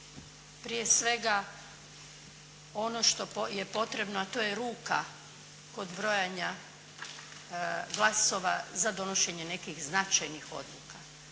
prije svega ono što je potrebno, a to je ruka kod brojanja glasova za donošenje nekih značajnih odluka.